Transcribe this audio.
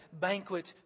banquet